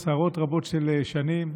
עשרות רבות של שנים.